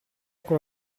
con